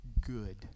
good